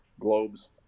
globe's